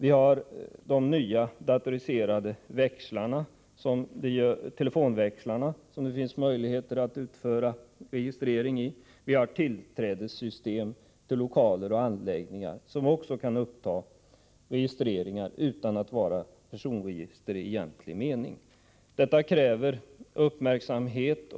I de nya datoriserade telefonväxlarna finns det möjligheter att utföra registrering. Det finns också beträffande lokaler och anläggningar tillträdessystem som kan utföra registrering utan att vara personregister i egentlig mening. Detta kräver uppmärksamhet.